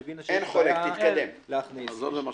שהבינה שהיא לא יכולה להכניס את המזון לתחרות.